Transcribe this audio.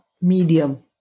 medium